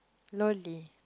Loli